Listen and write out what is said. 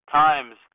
times